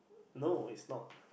no is not